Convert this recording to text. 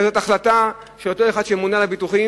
אלא זו החלטה של אותו אחד שממונה על הביטוחים,